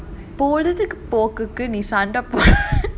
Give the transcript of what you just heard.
பொழுது போக நீ சண்ட போடு:poluthu poga nee sanda podu